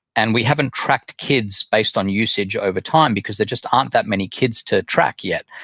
and we haven't tracked kids based on usage over time because there just aren't that many kids to track yet.